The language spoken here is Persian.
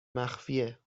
مخفیه